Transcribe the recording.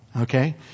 Okay